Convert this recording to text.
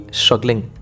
struggling